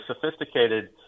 sophisticated